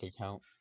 account